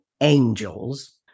angels